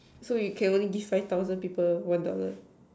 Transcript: so you can only give five thousand people one dollar